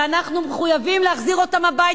ואנחנו מחויבים להחזיר אותם הביתה,